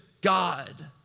God